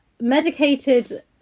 medicated